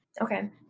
Okay